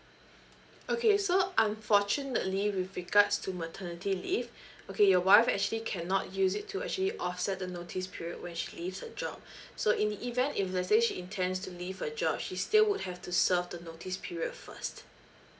okay so unfortunately with regards to maternity leave okay your wife actually cannot use it to actually offset the notice period when she leaves her job so in the event if let's say she intends to leave her job she still would have to serve the notice period first